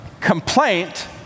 Complaint